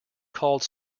called